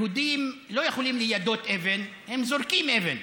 יהודים לא יכולים ליידות אבן, הם זורקים אבן.